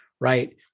right